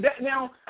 Now